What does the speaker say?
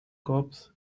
corps